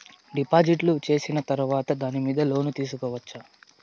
డిపాజిట్లు సేసిన తర్వాత దాని మీద లోను తీసుకోవచ్చా?